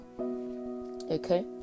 okay